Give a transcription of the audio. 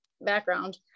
background